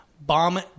bomb